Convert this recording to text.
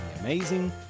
amazing